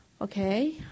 Okay